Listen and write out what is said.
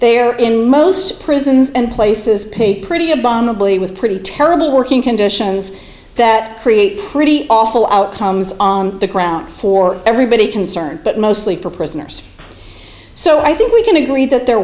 are in most prisons and places paid pretty abominably with pretty terrible working conditions that create pretty awful outcomes on the ground for everybody concerned but mostly for prisoners so i think we can agree that their